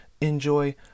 enjoy